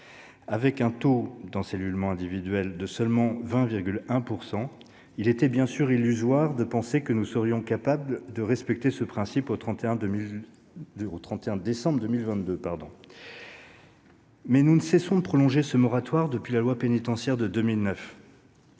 Avec un taux d'encellulement individuel de seulement 20,1 %, il était, certes, illusoire de penser que nous serions capables de respecter ce principe au 31 décembre 2022. Pour autant, nous ne cessons de prolonger ce moratoire depuis la loi pénitentiaire de 2009,